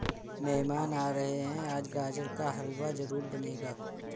मेहमान आ रहे है, आज गाजर का हलवा जरूर बनेगा